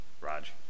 Raj